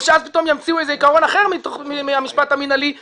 או שאז פתאום ימציאו איזה עקרון אחר מהמשפט המינהלי?